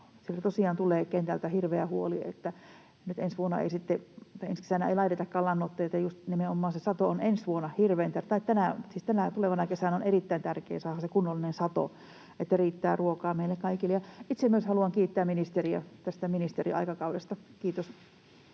tosiaan tulee hirveä huoli, että nyt ensi kesänä ei sitten laitetakaan lannoitteita. Just nimenomaan tänä tulevana kesänä on erittäin tärkeää saada se kunnollinen sato, että riittää ruokaa meille kaikille. Ja itse myös haluan kiittää ministeriä tästä ministerin aikakaudesta. — Kiitos.